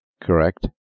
Correct